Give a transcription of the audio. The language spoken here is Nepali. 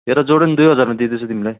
हेर जोर्डन दुई हजारमा दिँदैछु तिमीलाई